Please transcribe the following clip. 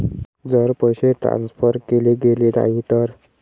जर पैसे ट्रान्सफर केले गेले नाही तर?